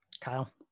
Kyle